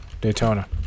Daytona